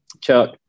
Chuck